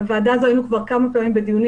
ובוועדה הזאת היינו כבר כמה פעמים בדיונים